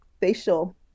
facial